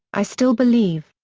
i still believe,